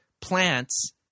plants